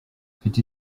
mfite